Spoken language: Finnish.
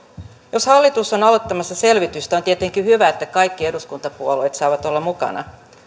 jos hallitus on aloittamassa selvitystä on tietenkin hyvä että kaikki eduskuntapuolueet saavat olla mukana